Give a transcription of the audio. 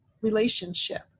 relationship